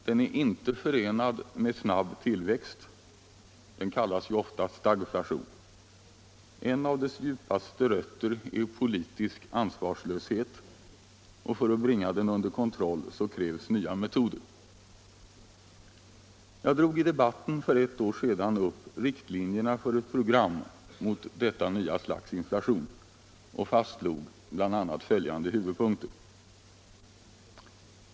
Den är inte förenad med snabb tillväxt — den kallas ju ofta stagflation. En av dess djupaste rötter är politisk ansvarslöshet, och för att bringa den under kontroll krävs nya metoder. Jag drog i debatten för ett år sedan upp riktlinjerna för ett program mot detta nya slags inflation och fastslog bl.a. följande huvudpunkter: 1.